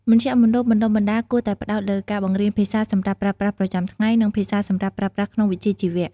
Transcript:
មជ្ឈមណ្ឌលបណ្តុះបណ្តាលគួរតែផ្តោតលើការបង្រៀនភាសាសម្រាប់ប្រើប្រាស់ប្រចាំថ្ងៃ និងភាសាសម្រាប់ប្រើប្រាស់ក្នុងវិជ្ជាជីវៈ។